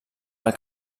del